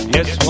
Yes